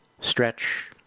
Stretch